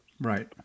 Right